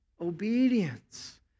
obedience